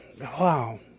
wow